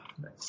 Nice